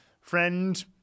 friend